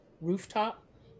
rooftop